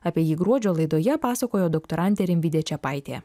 apie jį gruodžio laidoje pasakojo doktorantė rimvydė čepaitė